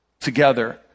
together